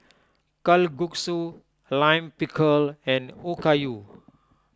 Kalguksu Lime Pickle and Okayu